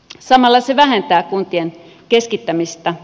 samalla se vähentää kuntien keskittämistä